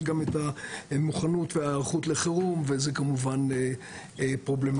גם את המוכנות וההיערכות לחירום וזה כמובן פרובלמטי.